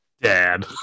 dad